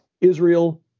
Israel